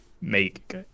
make